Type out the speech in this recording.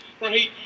right